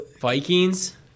Vikings